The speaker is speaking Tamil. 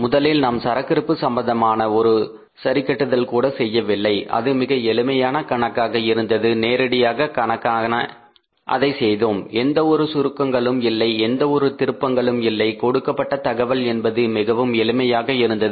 முதலில் நாம் சரக்கிருப்பு சம்பந்தமாக எந்த ஒரு சரிகட்டுதலும் செய்யவில்லை அது மிக எளிமையான கணக்காக இருந்தது நேரடியான கணக்காக இருந்தது எந்த ஒரு சுருக்கங்களும் இல்லை எந்த ஒரு திருப்பங்களும் இல்லை கொடுக்கப்பட்ட தகவல் என்பது மிகவும் எளிமையாக இருந்தது